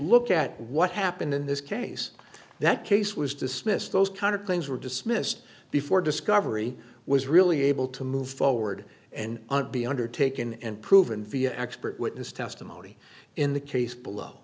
look at what happened in this case that case was dismissed those kind of things were dismissed before discovery was really able to move forward and be undertaken and proven via expert witness testimony in the case below